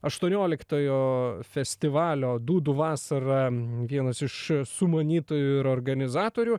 aštuonioliktojo festivalio dūdų vasara vienas iš sumanytojų ir organizatorių